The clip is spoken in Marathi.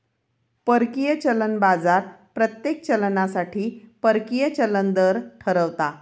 परकीय चलन बाजार प्रत्येक चलनासाठी परकीय चलन दर ठरवता